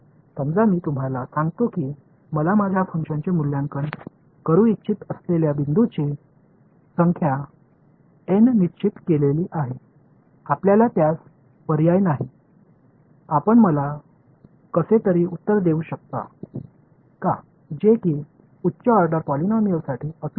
समजा मी तुम्हाला सांगतो की मला माझ्या फंक्शनचे मूल्यांकन करू इच्छित असलेल्या बिंदूंची संख्या एन निश्चित केलेली आहे आपल्याला त्यास पर्याय नाही आपण मला कसे तरी उत्तर देऊ शकता का जे कि उच्च ऑर्डर पॉलिनोमिलसाठी अचूक येईल